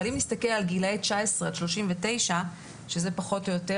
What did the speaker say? אבל אם נסתכל על גילאי 19 עד 39 שזה פחות או יותר